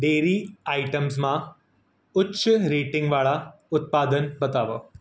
dairy આઇટમ્સમાં ઉચ્ચ રેટિંગવાળાં ઉત્પાદન બતાવો